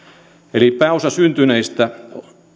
eli pääosa syntyneistä